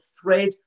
thread